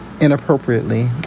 inappropriately